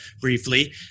briefly